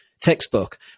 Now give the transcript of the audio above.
textbook